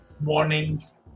morning's